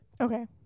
Okay